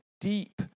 deep